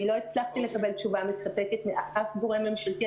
לא הצלחתי לקבל תשובה מספקת מאף גורם ממשלתי.